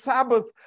Sabbath